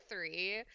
three